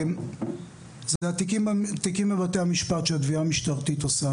זה התיקים בבתי משפט שתביעה משטרתית עושה.